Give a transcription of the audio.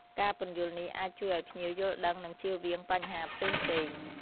ការពន្យល់នេះអាចជួយឱ្យភ្ញៀវយល់ដឹង និងជៀសវាងបញ្ហាផ្សេងៗ។